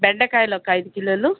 బెండకాయలు ఒక ఐదు కిలోలు